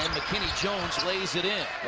mckinney jones lays it in.